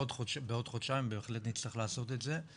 בעוד חודשיים בהחלט נצטרך לעשות את זה,